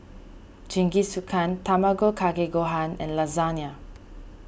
Jingisukan Tamago Kake Gohan and Lasagne